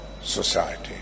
society